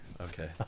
okay